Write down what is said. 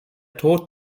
tod